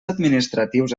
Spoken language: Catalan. administratius